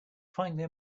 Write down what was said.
finally